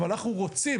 ואנחנו רוצים